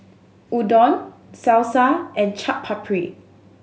Udon Salsa and Chaat Papri